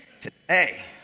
today